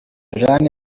jane